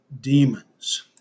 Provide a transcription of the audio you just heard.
demons